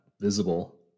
visible